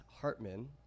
Hartman